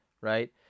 right